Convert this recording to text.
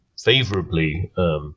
favorably –